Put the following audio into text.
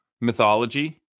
mythology